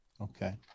Okay